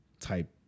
type